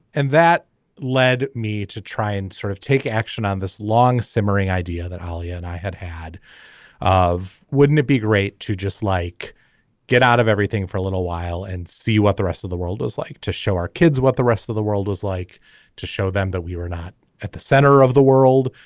and that led me to try and sort of take action on this long simmering idea that holly and i had had of wouldn't it be great to just like get out of everything for a little while and see what the rest of the world was like to show our kids what the rest of the world was like to show them that we were not at the center of the world.